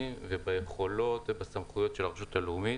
וביכולות ובסמכויות של הרשות הלאומית,